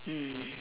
mm